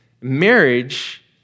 marriage